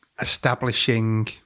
establishing